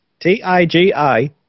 T-I-G-I